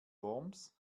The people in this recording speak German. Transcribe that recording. worms